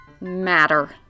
matter